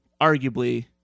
arguably